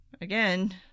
again